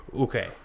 Okay